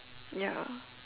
ya